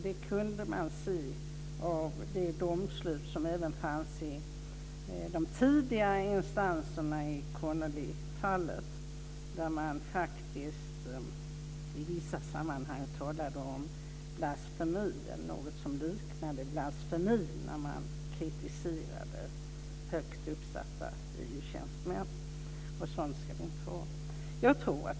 Det kunde man se i domslutet i de tidiga instanserna i Connollyfallet. Där talade man i vissa sammanhang t.o.m. om blasfemi eller något som liknade blasfemi, när högt uppsatta EU tjänstemän kritiserades. Sådant ska vi inte ha.